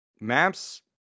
maps